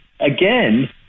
again